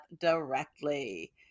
directly